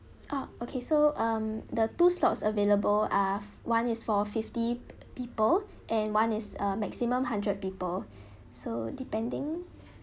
ah okay so um the two slots available uh one is for fifty people and one is a maximum hundred people so depending